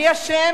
מי אשם?